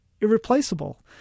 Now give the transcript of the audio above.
irreplaceable